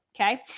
Okay